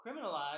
criminalized